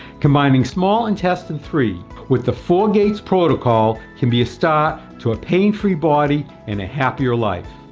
combining small intestine three with the four gates protocol can be a start to a pain free body and a happier life.